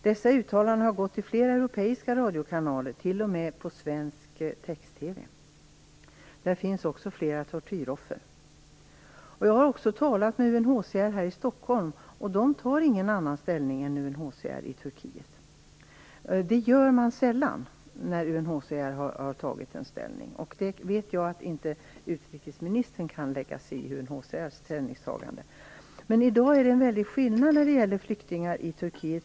Dessa uttalanden har gått ut i flera europeiska radiokanaler, t.o.m. i svensk text-TV. Där finns också flera tortyroffer. Jag har också talat med UNHCR här i Stockholm, och de tar ingen annan ställning än UNHCR i Turkiet. Det gör man sällan när UNHCR har tagit en ställning. Jag vet att utrikesministern inte kan lägga sig i I dag är det en väldig skillnad när det gäller flyktingar i Turkiet.